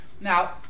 Now